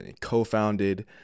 co-founded